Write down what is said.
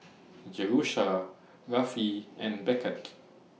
Jerusha Rafe and Beckett